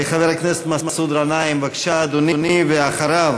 חבר הכנסת מסעוד גנאים, בבקשה, אדוני, ואחריו,